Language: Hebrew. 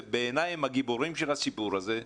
ובעיניי הם הגיבורים של הסיפור הזה,